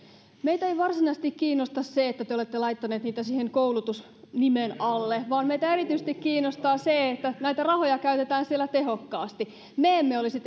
meitä ei varsinaisesti kiinnosta se että te te olette laittaneet niitä siihen koulutus nimen alle vaan meitä erityisesti kiinnostaa se että näitä rahoja käytetään siellä tehokkaasti me emme olisi